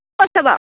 কোনে কৈছে বাৰু